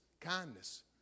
kindness